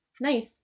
Nice